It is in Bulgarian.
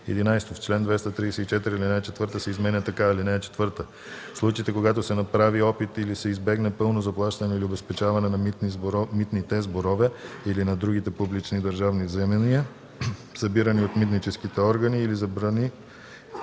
цена.“ 11. В чл. 234 ал. 4 се изменя така: „(4) В случаите когато се направи опит или се избегне пълно заплащане или обезпечаване на митните сборове, или на другите публични държавни вземания, събирани от митническите органи, или забрани